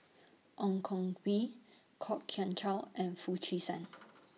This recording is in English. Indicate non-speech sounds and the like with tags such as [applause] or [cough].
Ong Koh Bee Kwok Kian Chow and Foo Chee San [noise]